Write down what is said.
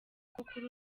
kuri